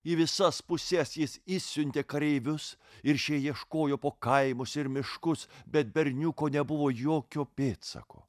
į visas puses jis išsiuntė kareivius ir šie ieškojo po kaimus ir miškus bet berniuko nebuvo jokio pėdsako